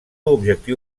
objectiu